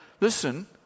listen